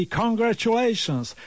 congratulations